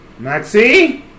Maxi